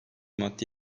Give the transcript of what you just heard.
madde